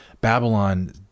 Babylon